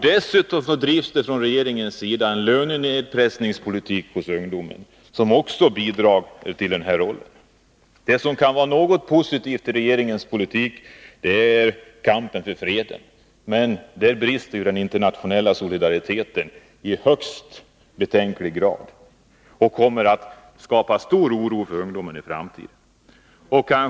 Dessutom driver regeringen en lönenedsättningspolitik beträffande ungdomen, vilken också bidrar till att försämra situationen. Det som kan vara något positivt i regeringens politik är kampen för fred, men där brister den internationella solidariteten i högst betänklig grad. Det kommer att skapa stor oro hos ungdomen i framtiden.